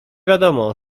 wiadomo